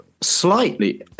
slightly